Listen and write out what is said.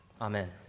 Amen